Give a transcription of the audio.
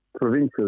provincial